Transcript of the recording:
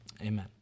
Amen